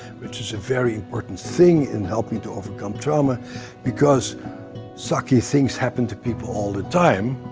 which is a very important thing in helping to overcome trauma because sucky things happen to people all the time.